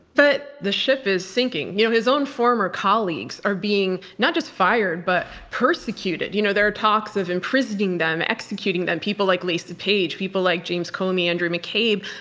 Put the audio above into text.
but the ship is sinking. you know his own former colleagues are being not just fired but persecuted. you know there are talks of imprisoning them, executing them. people like lisa page, people like james comey and andrew mccabe.